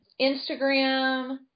Instagram